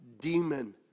demon